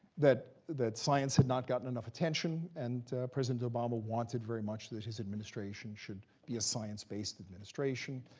that that science had not gotten enough attention, and president obama wanted very much that his administration should be a science-based administration.